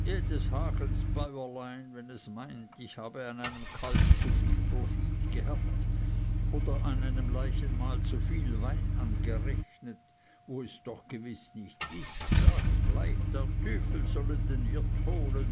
jedes hagels bäuerlein wenn es meint ich habe an einem kalb zu viel profit gehabt oder an einem leichenmahl zu viel wein angerechnet wo es doch gewiß nicht ist sagt gleich der tüfel solle den wirt holen